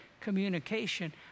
communication